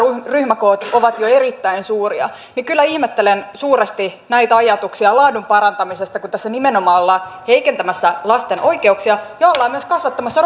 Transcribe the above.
ryhmäkoot ovat jo erittäin suuria kyllä ihmettelen suuresti näitä ajatuksia laadun parantamisesta kun tässä nimenomaan ollaan heikentämässä lasten oikeuksia ja ollaan myös kasvattamassa